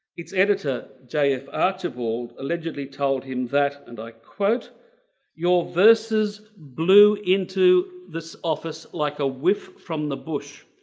its editor jf archibald allegedly told him that and i quote your verses blew into this office like a whiff from the bush.